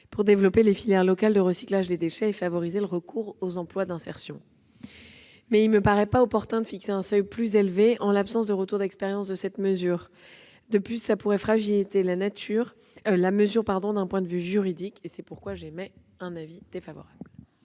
pour développer les filières locales de recyclage des déchets et favoriser le recours aux emplois d'insertion. Il ne me paraît pas opportun de fixer un seuil plus élevé en l'absence de retour d'expérience de cette mesure. De plus, cela pourrait la fragiliser d'un point de vue juridique. Je mets aux voix